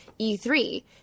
E3